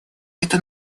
это